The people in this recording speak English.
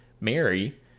mary